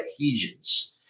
adhesions